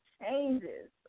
changes